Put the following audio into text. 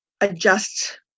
adjust